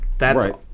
Right